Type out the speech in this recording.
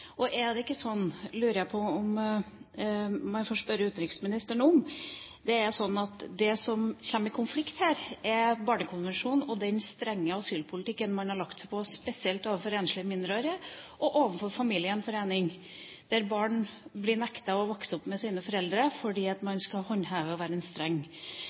Barnekonvensjonen. Er det ikke sånn – må jeg få spørre utenriksministeren om – at det som kommer i konflikt her, er Barnekonvensjonen og den strenge asylpolitikken man har lagt seg på, spesielt overfor enslige mindreårige og i forbindelse med familiegjenforening? Barn blir nektet å vokse opp med sine foreldre fordi man skal håndheve en streng asyl- og flyktningpolitikk. Betyr ikke det at